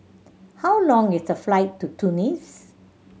how long is the flight to Tunis